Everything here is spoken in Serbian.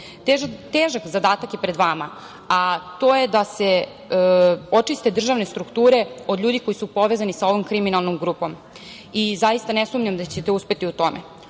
zadatak je pred vama, a to je da se očiste državne strukture od ljudi koji su povezani sa ovom kriminalnom grupom. Zaista ne sumnjam da ćete uspeti u tome.